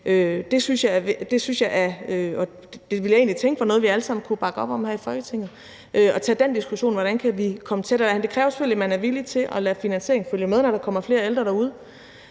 den dag. Jeg ville egentlig tænke, det var noget, vi alle sammen kunne bakke op om her i Folketinget, og at vi kunne tage diskussionen om, hvordan vi kunne komme tættere på det. Det kræver selvfølgelig, at man er villig til at lade finansieringen følge med, når der kommer flere ældre derude,